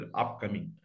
upcoming